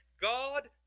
God